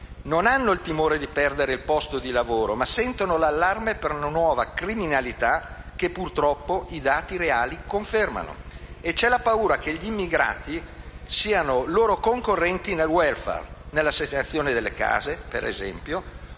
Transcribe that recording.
Non hanno il timore di perdere il posto di lavoro, ma sentono l'allarme per una nuova criminalità che, purtroppo, i dati reali confermano e c'è la paura che gli immigrati siano loro concorrenti nel *welfare*, nell'assegnazione delle case - per esempio